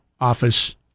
office